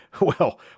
Well